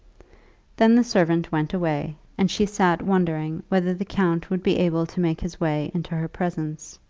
then the servant went away, and she sat wondering whether the count would be able to make his way into her presence.